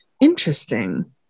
Interesting